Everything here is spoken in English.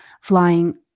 flying